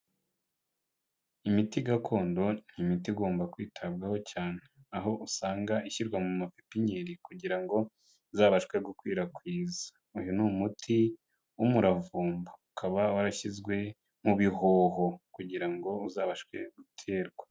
Imiti gakondo ni imiti igomba kwitabwaho cyane, aho usanga ishyirwa mu mapipinyeri kugira ngo izabashe gukwirakwiza. Uyu ni umuti w'umuravumba ukaba warashyizwe mu bihoho kugira ngo uzabashe guterwa.